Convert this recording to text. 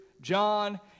John